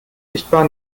sichtbar